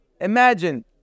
imagine